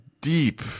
deep